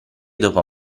dopo